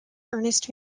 ernest